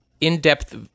in-depth